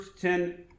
ten